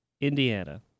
Indiana